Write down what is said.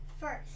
First